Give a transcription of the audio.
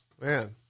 Man